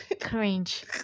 Cringe